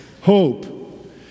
Hope